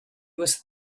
was